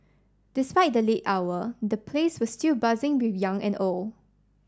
despite the late hour the place was still buzzing with young and old